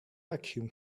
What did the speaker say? vacuum